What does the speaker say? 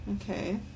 Okay